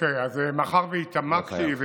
לא חייב.